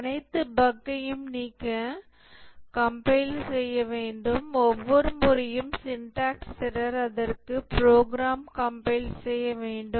அனைத்து பஃக்கையும் நீக்க கம்பைல் செய்ய வேண்டும் ஒவ்வொரு முறையும் சிண்டாக்ஸ் எரர் அதற்கு ப்ரோக்ராம் கம்பைல் செய்ய வேண்டும்